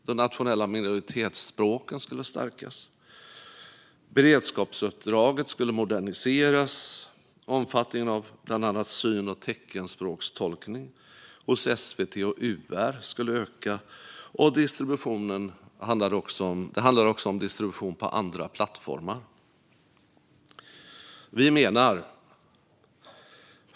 De nationella minoritetsspråken skulle stärkas. Beredskapsuppdraget skulle moderniseras. Omfattningen av bland annat syn och teckenspråkstolkning hos SVT och UR skulle öka. Det handlade också om distribution på andra plattformar.